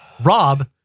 Rob